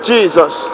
Jesus